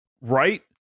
right